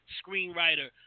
screenwriter